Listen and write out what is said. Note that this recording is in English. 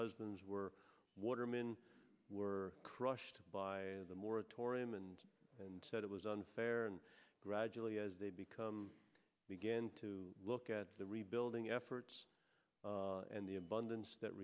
husbands were watermen were crushed by the moratorium and and said it was unfair and gradually as they become began to look at the rebuilding efforts and the abundance that